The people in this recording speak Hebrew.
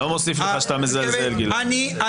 לא מוסיף לך שאתה מזלזל, גלעד.